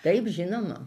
taip žinoma